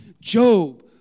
Job